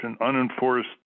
unenforced